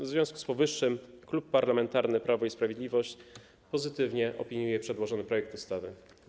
W związku z powyższym Klub Parlamentarny Prawo i Sprawiedliwość pozytywnie opiniuje przedłożony projekt ustawy.